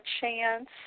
chance